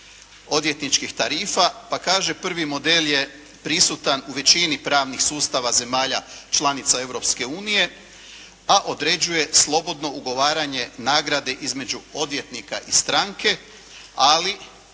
odvjetničkih tarifa pa kaže, prvi model je prisutan u većini pravnih sustava zemalja članica Europske unije, a određuje slobodno ugovaranje nagrade između odvjetnika i stranke, ali